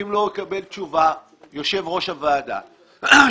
אם לא יקבל יושב ראש הוועדה תשובה